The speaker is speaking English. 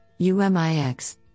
UMIX